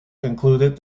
included